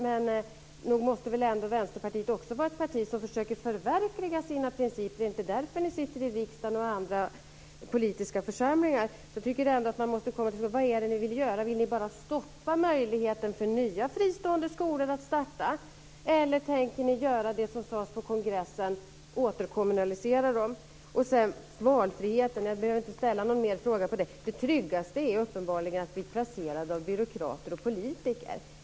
Men nog måste väl ändå Vänsterpartiet också vara ett parti som försöker förverkliga sina principer. Är det inte därför ni sitter i riksdagen och i andra politiska församlingar? Jag tycker att ni måste komma till skott. Vad är det ni vill göra? Vill ni bara stoppa möjligheten för fristående skolor att starta, eller tänker ni göra det som sades på kongressen och återkommunalisera dem? Jag behöver inte ställa någon mer fråga om valfriheten. Det tryggaste är uppenbarligen att bli placerad av byråkrater och politiker.